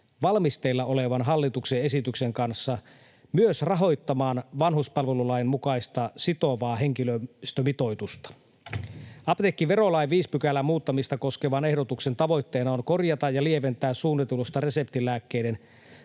valmisteilla olevan hallituksen esityksen kanssa myös rahoittamaan vanhuspalvelulain mukaista sitovaa henkilöstömitoitusta. Apteekkiverolain 5 §:n muuttamista koskevan ehdotuksen tavoitteena on korjata ja lieventää suunnitellusta reseptilääkkeiden